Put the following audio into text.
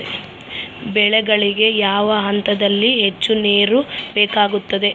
ಬೆಳೆಗಳಿಗೆ ಯಾವ ಹಂತದಲ್ಲಿ ಹೆಚ್ಚು ನೇರು ಬೇಕಾಗುತ್ತದೆ?